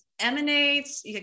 emanates